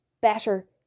better